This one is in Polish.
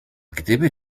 gdyby